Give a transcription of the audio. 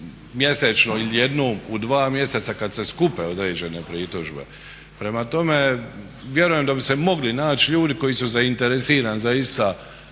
mjesečno ili jednom u dva mjeseca kad se skupe određene pritužbe. Prema tome, vjerujem da bi se mogli naći ljudi koji su zainteresirani za ista,